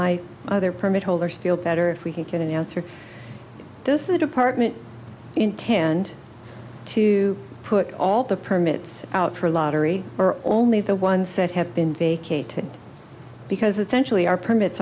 my other permit holders feel better if we can get an answer this is the department intend to put all the permits out for a lottery or only the ones that have been vacated because it sensually our permits